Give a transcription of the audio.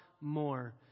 more